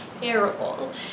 terrible